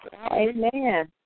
Amen